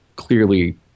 Clearly